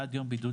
אחרי "אותו עובד"